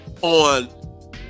on